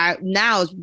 now